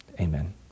Amen